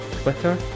Twitter